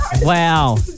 Wow